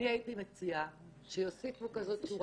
הייתי מציעה שיהיה כתוב: